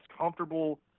comfortable